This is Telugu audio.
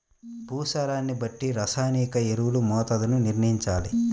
భూసారాన్ని బట్టి రసాయనిక ఎరువుల మోతాదుని నిర్ణయంచాలి